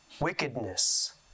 wickedness